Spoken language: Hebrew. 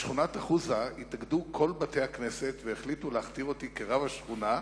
בשכונת אחוזה התאגדו כל בתי-הכנסת והחליטו להכתיר אותי כרב השכונה.